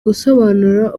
gusobanura